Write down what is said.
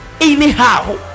Anyhow